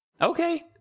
Okay